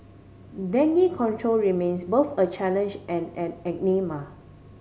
dengue control remains both a challenge and an